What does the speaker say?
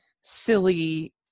silly